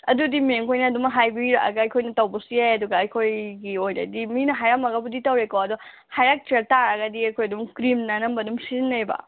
ꯑꯗꯨꯗꯤ ꯃꯦꯝ ꯈꯣꯏꯅ ꯑꯗꯨꯝ ꯍꯥꯏꯕꯤꯔꯛꯑꯒ ꯑꯩꯈꯣꯏꯅ ꯇꯧꯕꯁꯨ ꯌꯥꯏ ꯑꯗꯨꯒ ꯑꯩꯈꯣꯏꯒꯤ ꯑꯣꯏꯅꯗꯤ ꯃꯤꯅ ꯍꯥꯏꯔꯝꯃꯒꯕꯨꯗꯤ ꯇꯧꯔꯦꯀꯣ ꯑꯗꯣ ꯍꯥꯏꯔꯛꯇ ꯇꯥꯔꯒꯗꯤ ꯑꯩꯈꯣꯏ ꯑꯗꯨꯝ ꯀ꯭ꯔꯤꯝꯅ ꯑꯅꯝꯕ ꯑꯗꯨꯝ ꯁꯤꯖꯤꯟꯅꯩꯕ